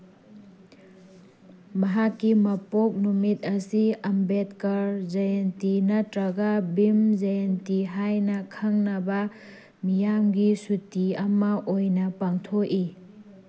ꯃꯍꯥꯛꯀꯤ ꯃꯄꯣꯛ ꯅꯨꯃꯤꯠ ꯑꯁꯤ ꯑꯝꯕꯦꯗꯀ꯭ꯔ ꯖꯌꯦꯟꯇꯤ ꯅꯠꯇ꯭ꯔꯒ ꯚꯤꯝ ꯖꯌꯦꯟꯇꯤ ꯍꯥꯏꯅ ꯈꯪꯅꯕ ꯃꯤꯌꯥꯝꯒꯤ ꯁꯨꯇꯤ ꯑꯃ ꯑꯣꯏꯅ ꯄꯥꯡꯊꯣꯛꯏ